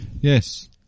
yes